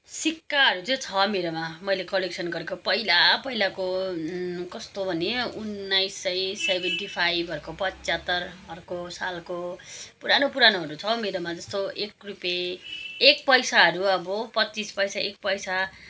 सिक्काहरू चाहिँ छ मेरोमा मैले कलेक्सन गरेको पहिला पहिलाको कस्तो भने उन्नाइस सय सेभेन्टी फाइभहरूको पचहत्तरको सालको पुरानो पुरानोहरू छ मेरोमा जस्तो एक रुपैयाँ एक पैसाहरू अब पच्चिस पैसा एक पैसा